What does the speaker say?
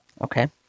Okay